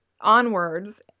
onwards